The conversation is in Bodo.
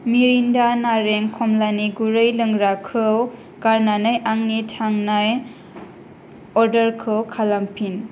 मिरिन्दा नारें खम्लानि गुरै लोंग्राखौ गारनानै आंनि थांनाय अर्डारखौ खालामफिन